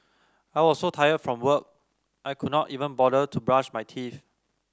I was so tired from work I could not even bother to brush my teeth